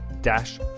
dash